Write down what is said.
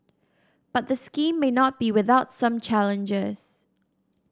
but the scheme may not be without some challenges